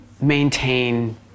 maintain